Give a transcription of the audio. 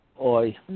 Oi